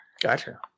Gotcha